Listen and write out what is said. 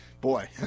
Boy